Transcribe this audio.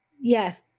yes